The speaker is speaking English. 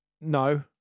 No